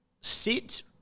sit